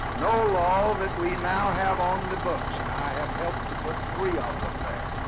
no law that we now have on the books and i have helped to put three of them there,